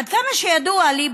עד כמה שידוע לי,